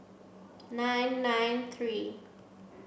nine nine three